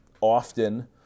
often